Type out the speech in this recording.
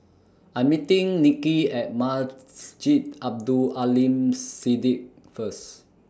I'm meeting Nicki At Abdul Aleem Siddique First